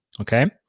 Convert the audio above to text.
Okay